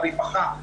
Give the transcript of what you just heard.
הרווחה.